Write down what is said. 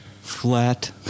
flat